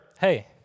hey